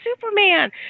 Superman